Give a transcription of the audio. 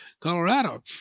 Colorado